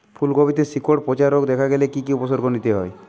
ফুলকপিতে শিকড় পচা রোগ দেখা দিলে কি কি উপসর্গ নিতে হয়?